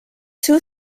two